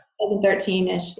2013-ish